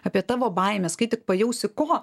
apie tavo baimes kai tik pajausi ko